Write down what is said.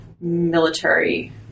military